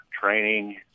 training